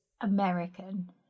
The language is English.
American